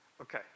Okay